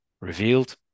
revealed